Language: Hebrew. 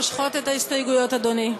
מושכות את ההסתייגויות, אדוני.